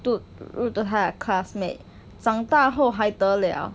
to rude to 他的 classmate 长大后还得了